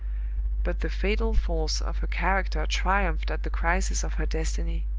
but the fatal force of her character triumphed at the crisis of her destiny,